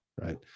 Right